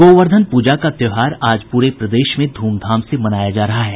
गोवर्धन प्रजा का त्योहार आज प्रे प्रदेश में ध्रमधाम से मनाया जा रहा है